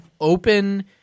open